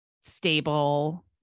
stable